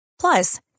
plus